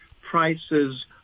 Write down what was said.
prices